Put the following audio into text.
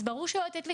אז ברור שלא לתת לכולם.